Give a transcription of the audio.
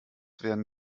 werden